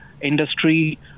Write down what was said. industry